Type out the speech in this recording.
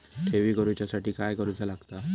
ठेवी करूच्या साठी काय करूचा लागता?